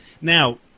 Now